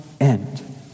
end